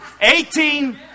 Eighteen